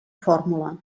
fórmula